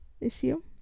issue